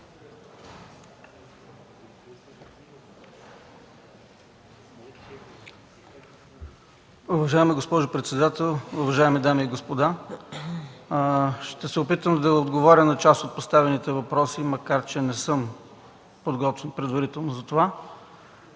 Уважаема госпожо председател, уважаеми дами и господа! Ще се опитам да отговоря на част от поставените въпроси, макар че не съм подготвен предварително за това.